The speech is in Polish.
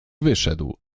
wyszedł